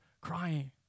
crying